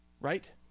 Right